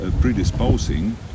predisposing